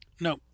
No